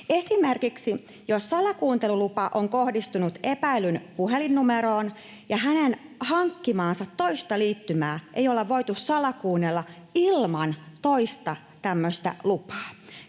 Esimerkiksi, jos salakuuntelulupa on kohdistunut epäillyn puhelinnumeroon, ei hänen hankkimaansa toista liittymää olla voitu salakuunnella ilman toista lupaa.